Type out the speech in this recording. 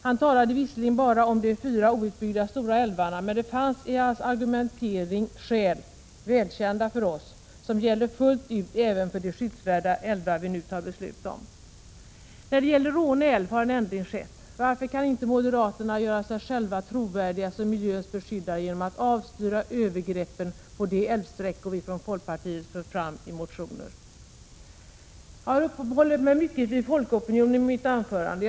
Han talade visserligen bara om de fyra outbyggda stora älvarna, men det fanns i hans argumentering för oss välkända skäl som gäller fullt ut även för de skyddsvärda älvar vi nu tar beslut om. När det gäller Råne älv har en ändring skett. Varför kan inte moderaterna göra sig själva trovärdiga som miljöns beskyddare genom att avstyra övergreppen på de älvsträckor vi från folkpartiet fört fram i motioner? Jag har uppehållit mig mycket vid folkopinionen i mitt anförande.